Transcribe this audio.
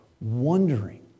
wondering